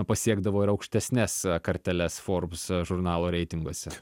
pasiekdavo ir aukštesnes karteles forbes žurnalo reitinguose